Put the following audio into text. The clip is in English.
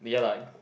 ya lah